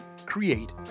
create